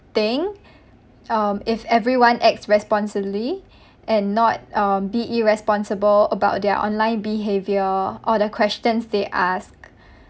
thing if everyone acts responsibly and not um be irresponsible about their online behaviour or the questions they ask